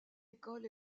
école